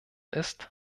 ist